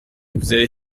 avez